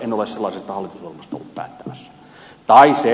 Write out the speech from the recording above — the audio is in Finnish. en ole sellaisesta hallitusohjelmasta ollut päättämässä